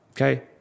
okay